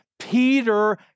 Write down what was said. Peter